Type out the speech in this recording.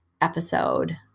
episode